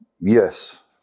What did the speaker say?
Yes